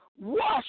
Wash